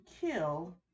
kill